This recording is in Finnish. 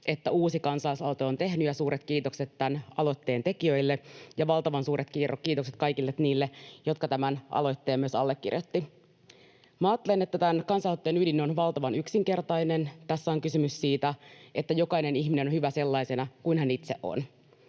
että uusi kansalaisaloite on tehty. Suuret kiitokset tämän aloitteen tekijöille, ja valtavan suuret kiitokset myös kaikille niille, jotka tämän aloitteen allekirjoittivat. Ajattelen, että tämän kansalaisaloitteen ydin on valtavan yksinkertainen: tässä on kysymys siitä, että jokainen ihminen on hyvä sellaisena kuin hän itse on.